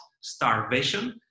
starvation